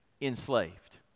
enslaved